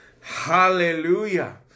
Hallelujah